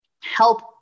help